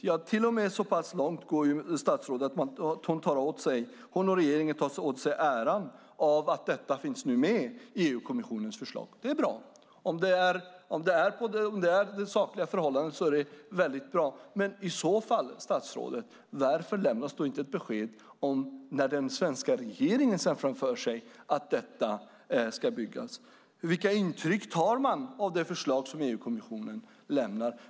Ja, statsrådet går så pass långt att hon tar åt sig äran av att detta nu finns med i EU-kommissionens förslag. Det är väldigt bra, om det är på sakliga grunder. Men, statsrådet, varför lämnas i så fall inget besked om när den svenska regeringen ser framför sig att detta ska byggas? Vilka intryck tar man av de förslag som EU-kommissionen lämnar?